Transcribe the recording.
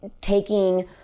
taking